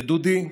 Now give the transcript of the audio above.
ודודי,